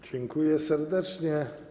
Dziękuję serdecznie.